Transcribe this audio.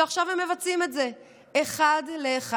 ועכשיו הם מבצעים את זה אחד לאחד.